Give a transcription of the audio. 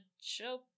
show